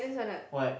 what